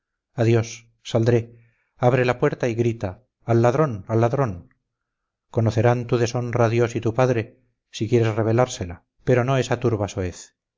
adiós saldré abre la puerta y grita al ladrón al ladrón conocerán tu deshonra dios y tu padre si quieres revelársela pero no esa turba soez